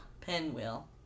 Pinwheel